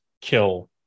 kill